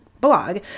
blog